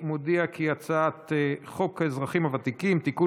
ההצעה להעביר את הצעת חוק האזרחים הוותיקים (תיקון